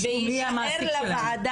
מי יהיה המעסיק שלהם.